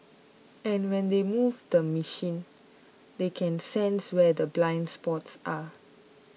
and when they move the machine they can sense where the blind spots are